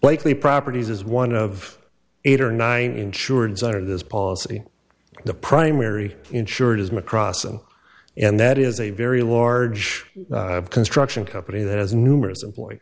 blakeley properties as one of eight or nine insurance under this policy the primary insured is macross and and that is a very large construction company that has numerous employ